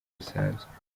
busanzwe